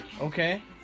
Okay